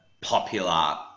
popular